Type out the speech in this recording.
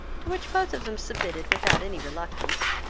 to which both of them submitted without any reluctance,